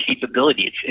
capability